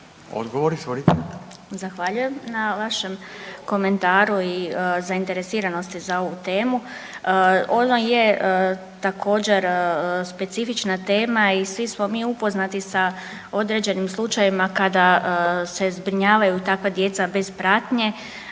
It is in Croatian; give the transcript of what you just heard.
Martina (SDP)** Zahvaljujem na vašem komentaru i zainteresiranosti za ovu temu. Ovo je također specifična tema i svi smo mi upoznati sa određenim slučajevima kada se zbrinjavaju takva djeca bez pratnje